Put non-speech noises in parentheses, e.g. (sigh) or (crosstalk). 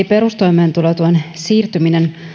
(unintelligible) perustoimeentulotuen siirtyminen